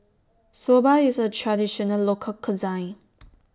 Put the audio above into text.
Soba IS A Traditional Local Cuisine